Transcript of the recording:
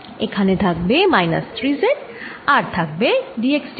এখানে থাকবে minus 3 z আর থাকবে d x d y